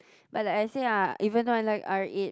but like I say ah even though I like R eight